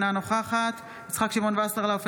אינה נוכחת יצחק שמעון וסרלאוף,